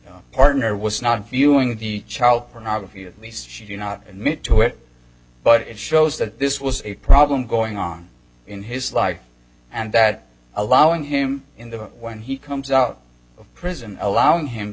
his partner was not viewing the child pornography at least should you not admit to it but it shows that this was a problem going on in his life and that allowing him in there when he comes out of prison allowing him